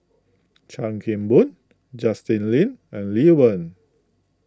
Chan Kim Boon Justin Lean and Lee Wen